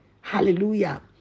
Hallelujah